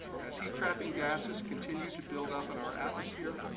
as heat-trapping gases continue to build up in our atmosphere,